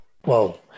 Whoa